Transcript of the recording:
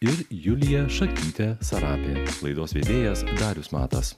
ir julija šakytė sarapė laidos vedėjas darius matas